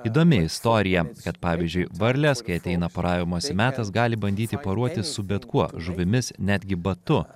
įdomi istorija kad pavyzdžiui varlės kai ateina poravimosi metas gali bandyti poruotis su bet kuo žuvimis netgi batu